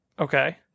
Okay